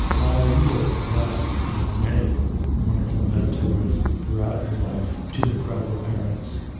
maya, you were blessed with many wonderful mentors throughout your life to incredible parents,